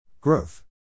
Growth